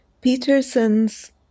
Peterson's